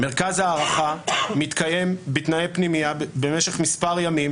מרכז ההערכה מתקיים בתנאי פנימייה במשך מספר ימים